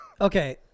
Okay